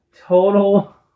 total